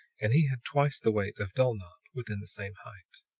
and he had twice the weight of dulnop within the same height.